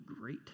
great